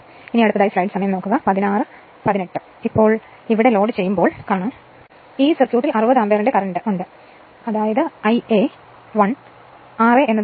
ഇപ്പോൾ ഇത് ലോഡ് ചെയ്യുമ്പോൾ ആ tiit സർക്യൂട്ട് 60 ആമ്പിയറിന്റെ കറന്റ് കറങ്ങുന്നു ഇതാണ് Ia 1 ra എന്നത് 0